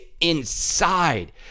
inside